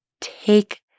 take